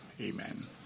Amen